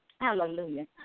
Hallelujah